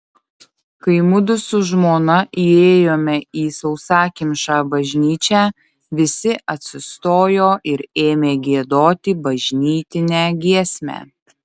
kai mudu su žmona įėjome į sausakimšą bažnyčią visi atsistojo ir ėmė giedoti bažnytinę giesmę